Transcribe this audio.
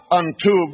unto